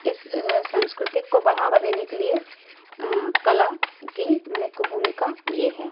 इस सांस्कृतिक को बढ़ावा देने के लिए कला की मुख्य भूमिका ये है